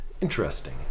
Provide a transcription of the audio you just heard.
Interesting